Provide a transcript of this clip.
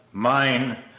mine!